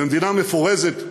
ומדינה מפורזת,